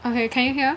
okay can you hear